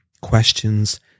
questions